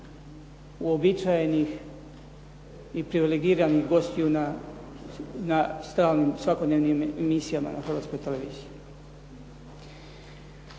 uobičajenih i privilegiranih gostiju na stalnim, svakodnevnim emisijama na Hrvatskoj televiziji.